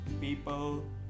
people